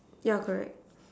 yeah correct